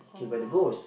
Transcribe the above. oh !wow!